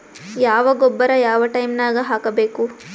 ಯಾವ ಗೊಬ್ಬರ ಯಾವ ಟೈಮ್ ನಾಗ ಹಾಕಬೇಕು?